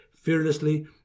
fearlessly